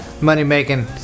money-making